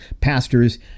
pastors